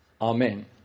Amen